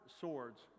swords